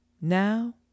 Now